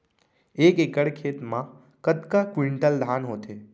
एक एकड़ खेत मा कतका क्विंटल धान होथे?